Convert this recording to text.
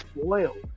spoiled